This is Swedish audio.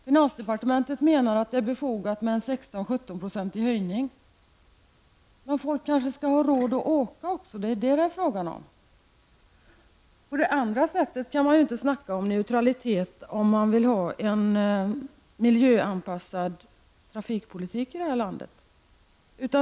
Finansdepartementet menar att en 16--17 procentig höjning är befogad. Men folk skall också ha råd att åka. Annars kan man inte tala om neutralitet om man vill ha en miljöanpassad trafikpolitik i vårt land.